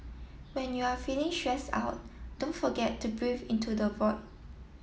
when you are feeling shares our don't forget to breathe into the void